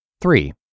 Three